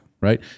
Right